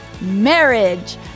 Marriage